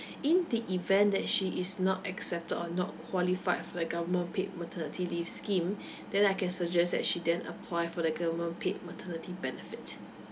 in the event that she is not accepted or not qualified for the government paid maternity leaves scheme then I can suggest that she then apply for the government paid maternity benefit